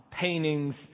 paintings